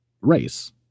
race